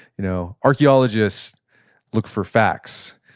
you know archeologists look for facts.